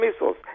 missiles